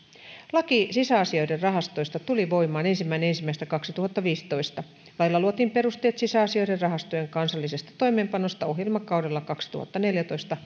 laki sisäasioiden rahastoista tuli voimaan ensimmäinen ensimmäistä kaksituhattaviisitoista lailla luotiin perusteet sisäasioiden rahastojen kansallisesta toimeenpanosta ohjelmakaudella kaksituhattaneljätoista